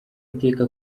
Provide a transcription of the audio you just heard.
iteka